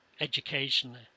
educationally